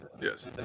Yes